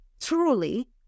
truly